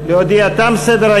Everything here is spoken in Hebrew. להודיע,